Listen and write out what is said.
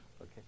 okay